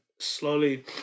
slowly